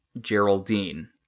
Geraldine